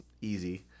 Easy